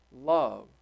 love